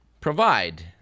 provide